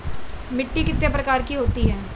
मिट्टी कितने प्रकार की होती हैं?